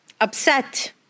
upset